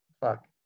Fuck